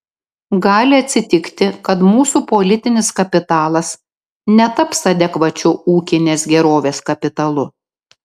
gali atsitikti kad mūsų politinis kapitalas netaps adekvačiu ūkinės gerovės kapitalu